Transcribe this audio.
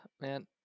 man